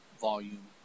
volume